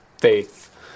faith